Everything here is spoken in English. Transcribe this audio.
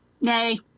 Nay